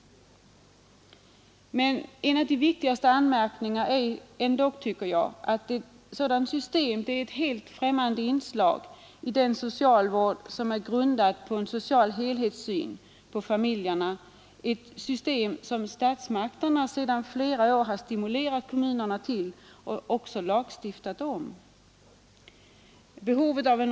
En av de viktigaste anmärkningarna är ändock att ett sådant system är ett helt främmande inslag i den socialvård, grundad på en social helhetssyn på familjerna, som statsmakterna sedan flera år stimulerat kommunerna till och även lagstiftat om.